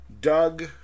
Doug